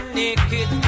naked